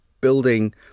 building